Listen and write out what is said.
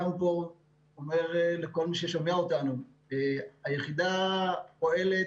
לכל מי ששומע אותנו, היחידה פועלת